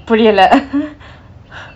புரியலை:puriyalai